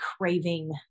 craving